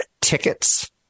tickets